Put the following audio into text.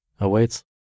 awaits